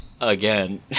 Again